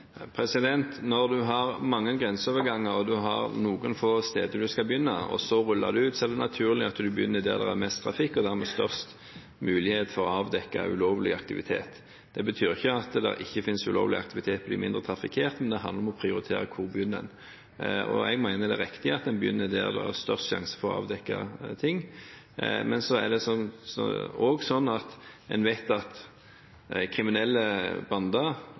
Når en har mange grenseoverganger og noen få steder der en skal begynne å rulle det ut, er det naturlig at en begynner der det er mest trafikk og dermed størst mulighet for å avdekke ulovlig aktivitet. Det betyr ikke at det ikke finnes ulovlig aktivitet der det er mindre trafikk, men det handler om å prioritere hvor en skal begynne. Jeg mener det riktig å begynne der det er størst sjanse for å avdekke ting. Men en vet også at det i kriminelle bander er smarte folk, så de vil jo prøve å tilpasse seg, sånn at